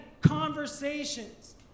conversations